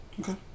Okay